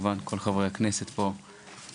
כל חברי הכנסת פה,